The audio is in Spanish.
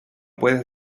puedes